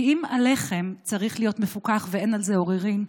כי אם הלחם צריך להיות מפוקח ואין על זה עוררין,